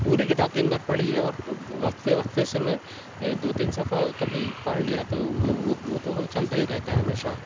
پوری کتاب تین بار پڑھی ہے اور وقفے وقفے سے میں دو تین صفحہ کبھی پڑھ لیا تو وہ تو چلتا ہی رہتا ہے ہمیشہ